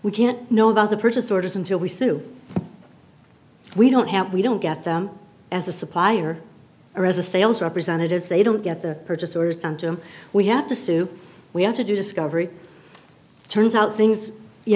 we can't know about the purchase orders until we sue we don't have we don't get them as a supplier or as a sales representatives they don't get the purchase orders under we have to sue we have to do discovery turns out things you